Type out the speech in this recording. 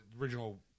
original